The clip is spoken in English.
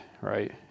right